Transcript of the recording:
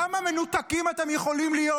כמה מנותקים אתם יכולים להיות?